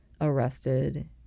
arrested